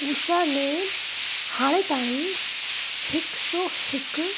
उषा ने हाणे ताईं हिकु सौ हिकु